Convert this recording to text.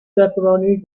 pepperoni